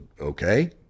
okay